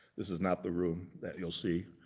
this is not the room that you'll see.